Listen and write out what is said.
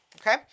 Okay